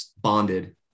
bonded